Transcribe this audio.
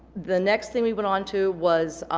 the next thing we went on to was